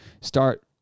start